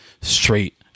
straight